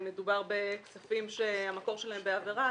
אם מדובר בכספים שהמקור שלהם בעבירה,